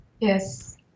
yes